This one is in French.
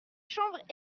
chambres